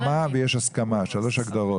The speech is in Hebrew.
יש התאמה ויש הסכמה, שלוש הגדרות.